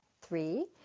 three